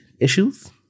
issues